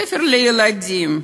ספר לילדים,